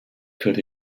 could